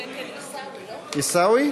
עיסאווי?